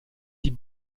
die